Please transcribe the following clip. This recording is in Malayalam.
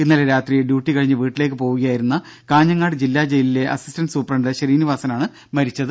ഇന്നലെ രാത്രി ഡ്യൂട്ടി കഴിഞ്ഞ് വീട്ടിലേക്ക് പോവുകയായിരുന്ന കാഞ്ഞങ്ങാട് ജില്ലാ ജയിലിലെ അസിസ്റ്റന്റ് സൂപ്രണ്ട് ശ്രീനീവാസനാണ് മരിച്ചത്